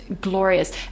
glorious